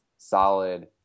solid